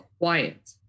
quiet